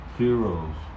heroes